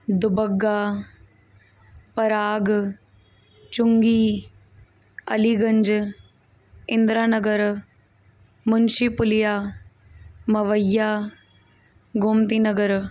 Dubagga Parag Chungi Aliganj Indiranagar Munshipulia Mawaiya Gomtinagar